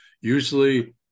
Usually